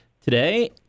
today